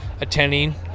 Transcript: attending